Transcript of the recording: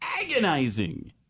agonizing